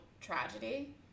tragedy